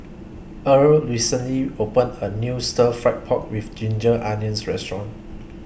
Earle recently opened A New Stir Fried Pork with Ginger Onions Restaurant